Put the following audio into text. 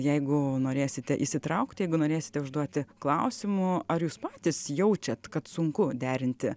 jeigu norėsite įsitraukti jeigu norėsite užduoti klausimų ar jūs patys jaučiat kad sunku derinti